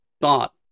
thought